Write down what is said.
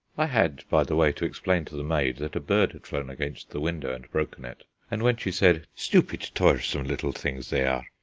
i had, by the way, to explain to the maid that a bird had flown against the window and broken it, and when she said stupid, tiresome little things they are,